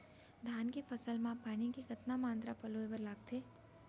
धान के फसल म पानी के कतना मात्रा पलोय बर लागथे?